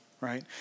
right